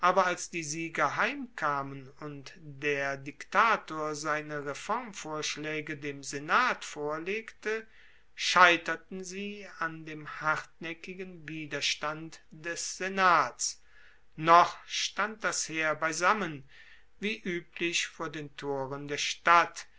als die sieger heimkamen und der diktator seine reformvorschlaege dem senat vorlegte scheiterten sie an dem hartnaeckigen widerstand des senats noch stand das heer beisammen wie ueblich vor den toren der stadt